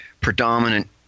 predominant